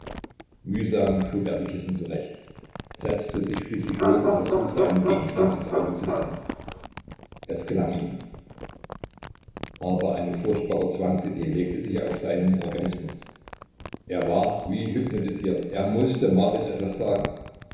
mühsam schob er die kissen zurecht setzte sich schließlich hoch und versuchte einen gegenstand ins auge zu fassen es gelang ihm aber eine furchtbare zwangsidee legte sich auf seinen organismus er war wie hypnotisiert er mußte marit etwas sagen